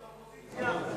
של האופוזיציה,